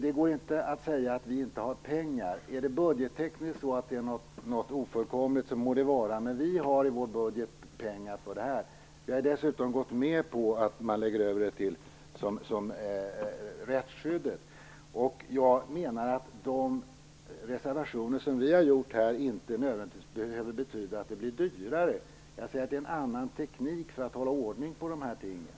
Det går inte att säga att vi inte har pengar. Om det budgettekniskt är ofullkomligt må det vara. Men vi har i vår budget pengar för detta. Vi har dessutom gått med på att man lägger över det till rättsskyddet. Jag menar att de reservationer som vi har fogat till betänkandet inte nödvändigtvis behöver betyda att det blir dyrare. Jag säger att det är en annan teknik för att hålla ordning på dessa ting.